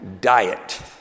diet